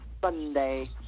Sunday